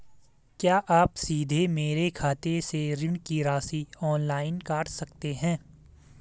क्या आप सीधे मेरे खाते से ऋण की राशि ऑनलाइन काट सकते हैं?